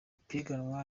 ipiganwa